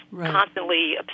constantly